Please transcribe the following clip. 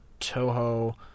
Toho